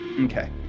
Okay